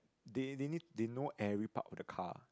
they they need they know every part of the car